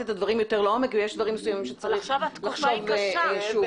הדברים יותר לעומק ויש דברים מסוימים שצריך לחשוב עליהם שוב.